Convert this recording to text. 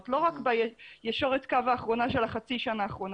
ולא רק בישורת הקו האחרונה של חצי השנה האחרונה.